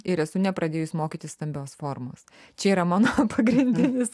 ir esu nepradėjus mokytis stambios formos čia yra mano pagrindinis